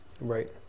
Right